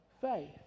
faith